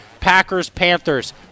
Packers-Panthers